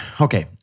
okay